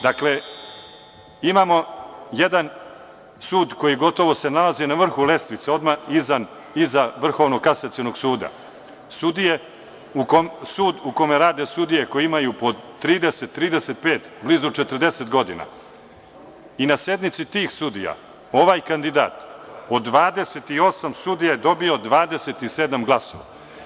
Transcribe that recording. Dakle, imamo jedan sud koji se gotovo nalazi na vrhu lestvice, odmah iza VKS, sud u kome rade sudije koje imaju po 30, 35, blizu 40 godina i na sednici tih sudija, ovaj kandidat od 28 sudija je dobio 27 glasova.